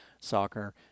soccer